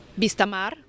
Vistamar